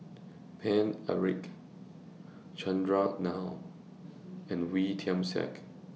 Paine Eric Chandran and Wee Tian Siak